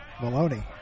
Maloney